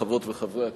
חברות וחברי הכנסת,